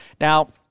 Now